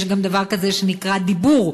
יש גם דבר כזה שנקרא דיבור.